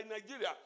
Nigeria